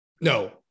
no